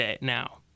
now